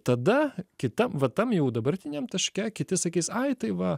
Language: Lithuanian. tada kita va tam jau dabartiniam taške kiti sakys ai tai va